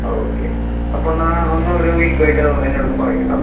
okay അപ്പം എന്നാൽ ഒന്ന് ഒരു വീക്ക് കഴിഞ്ഞിട്ട് എന്നോടൊന്ന് പറയൂ കേട്ടോ